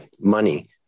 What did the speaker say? money